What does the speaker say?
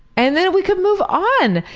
and then we could move on.